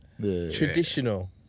Traditional